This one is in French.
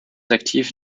actif